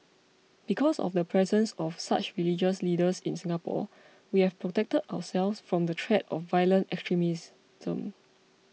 because of the presence of such religious leaders in Singapore we have protected ourselves from the threat of violent